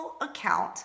account